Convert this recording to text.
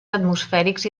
atmosfèrics